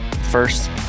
First